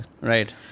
Right